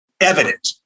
evident